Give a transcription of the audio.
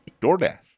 DoorDash